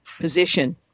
position